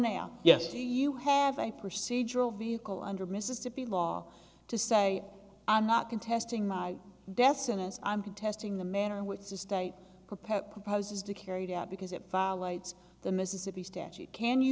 now yes do you have a procedural vehicle under mississippi law to say i'm not contesting my death sentence i'm contesting the manner in which the state proposed proposes to carry it out because it violates the mississippi statute can